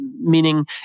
meaning